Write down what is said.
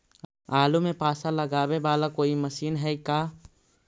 आलू मे पासा लगाबे बाला कोइ मशीन है का?